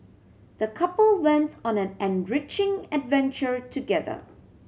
the couple went on an enriching adventure together